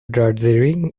drudgery